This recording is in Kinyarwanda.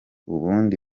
ubundi